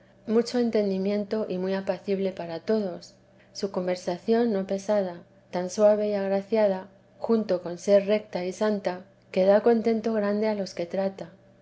mucho entendimiento y muy apacible para todos su conversación no pesada tan suave y agraciada junto con ser recta y santa que da contento grande a los que trata